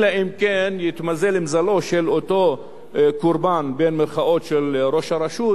אלא אם כן התמזל מזלו של אותו "קורבן" של ראש הרשות,